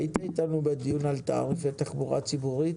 הייתי איתנו בדיון על תעריפי התחבורה הציבורית?